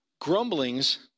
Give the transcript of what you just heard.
grumblings